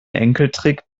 enkeltrick